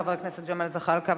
חבר הכנסת ג'מאל זחאלקה,